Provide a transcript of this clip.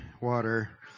Water